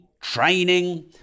training